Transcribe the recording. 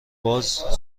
باز